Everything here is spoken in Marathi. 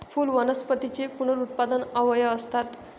फुले वनस्पतींचे पुनरुत्पादक अवयव असतात